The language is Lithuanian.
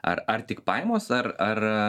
ar ar tik pajamos ar ar